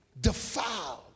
defiled